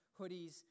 hoodies